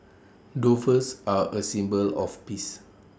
doves are A symbol of peace